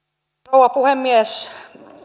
rouva puhemies